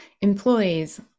employees